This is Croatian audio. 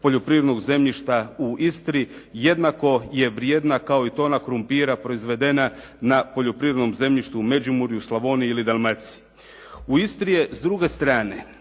poljoprivrednog zemljišta u Istri jednako je vrijedna kao i tona krumpira proizvedena na poljoprivrednom zemljištu u Međimurju, Slavoniji ili Dalmaciji. U Istri je s druge strane